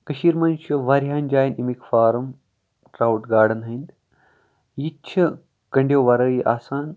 کٔشیٖر منٛز چھِ واریاہن جاین اَمیِکۍ فارَم ٹراوُٹ گاڈن ۂندۍ یہِ تہِ چھِ کَنڈیو وَرٲیہِ آسان